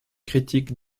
critique